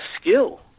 skill